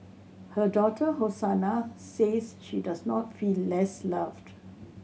her daughter Hosanna says she does not feel less loved